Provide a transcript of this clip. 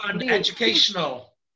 educational